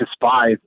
despise